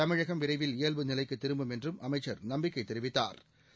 தமிழகம் விரைவில் இயல்பு நிலைக்கு திரும்பும் என்றும் அமைச்சர் நம்பிக்கை தெரிவித்தாா்